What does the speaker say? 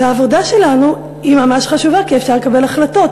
והעבודה שלנו היא ממש חשובה כי אפשר לקבל החלטות,